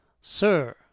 sir